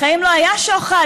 בחיים לא היה שוחד,